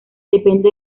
depende